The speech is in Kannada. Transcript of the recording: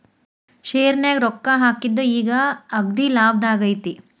ಶೆರ್ನ್ಯಾಗ ರೊಕ್ಕಾ ಹಾಕಿದ್ದು ಈಗ್ ಅಗ್ದೇಲಾಭದಾಗೈತಿ